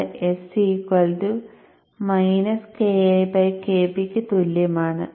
അത് s Ki Kp ക്ക് തുല്യമാണ്